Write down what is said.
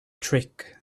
trick